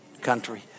country